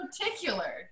particular